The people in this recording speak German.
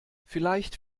vielleicht